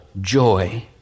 joy